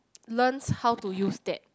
learns how to use that